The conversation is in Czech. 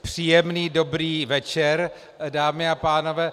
Příjemný dobrý večer, dámy a pánové.